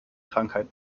krankheit